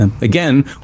Again